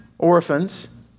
orphans